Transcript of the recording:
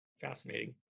fascinating